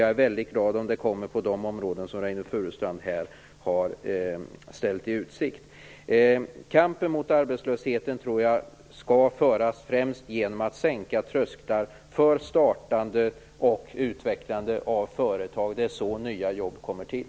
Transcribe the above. Jag är väldigt glad om man kommer att göra det på de områden som Reynoldh Furustrand här har ställt i utsikt. Jag tror att kampen mot arbetslösheten främst skall föras genom att man sänker trösklar när det gäller att starta och utveckla företag. Det är så nya jobb kommer till.